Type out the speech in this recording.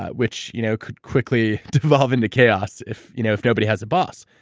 ah which you know could quickly devolve into chaos if you know if nobody has a boss.